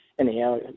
Anyhow